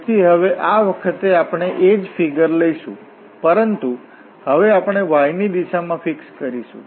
તેથી હવે આ વખતે આપણે એજ ફિગર લઈશું પરંતુ હવે આપણે y ની દિશામાં ફિક્સ કરીશું